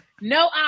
no